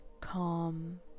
calm